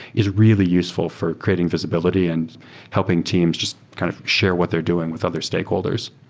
is really useful for creating visibility and helping teams just kind of share what they're doing with other stakeholders.